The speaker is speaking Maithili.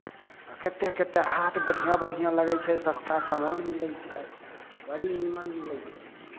आ कतेक कतेक हाट बढ़िआँ बढ़िआँ लगै छै सस्ता सामान मिलै छै बड़ी नीमन मिलै छै